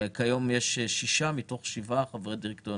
היום יש שישה מתוך שבעה חברי דירקטוריון